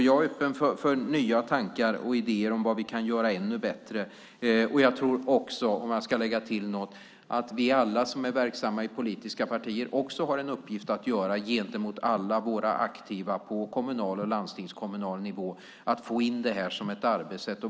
Jag är öppen för nya tankar och idéer om vad vi kan göra ännu bättre. Jag tror också att vi alla som är verksamma i politiska partier också har en uppgift att göra gentemot alla våra aktiva på kommunal och landstingskommunal nivå, det vill säga att få in detta som ett arbetssätt.